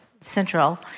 Central